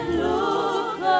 look